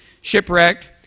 Shipwrecked